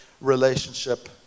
relationship